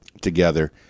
together